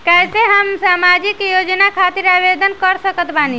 कैसे हम सामाजिक योजना खातिर आवेदन कर सकत बानी?